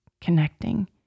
connecting